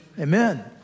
Amen